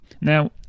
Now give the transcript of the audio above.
Now